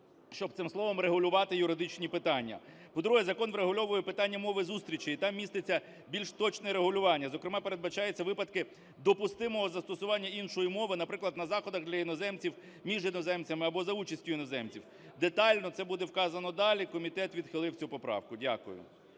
щоб цим словом регулювати юридичні питання. По-друге, закон врегульовує питання мови зустрічей і там міститься більш точне регулювання, зокрема, передбачаються випадки допустимого застосування іншої мови, наприклад, на заходах для іноземців, між іноземцями або за участі іноземців, детально це буде вказано далі. Комітет відхилив цю поправку. Дякую.